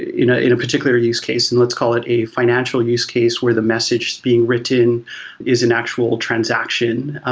you know in a particular use case, and let's call it a financial use case, where the message is being written is an actual transaction.